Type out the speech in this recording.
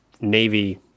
Navy